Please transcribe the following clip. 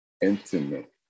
intimate